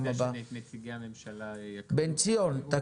אני מציע שנציגי הממשלה יקריאו.